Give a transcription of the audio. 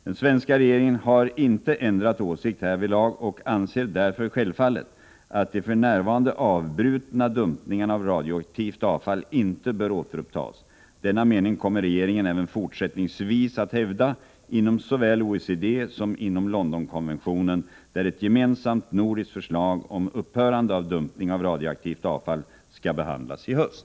Den svenska regeringen har inte ändrat åsikt härvidlag och anser därför självfallet att de för närvarande avbrutna dumpningarna av radioaktivt avfall inte bör återupptas. Denna mening kommer regeringen även fortsättningsvis att hävda såväl inom OECD som inom Londonkonventionen där ett gemensamt nordiskt förslag om upphörande av dumpning av radioaktivt avfall skall behandlas i höst.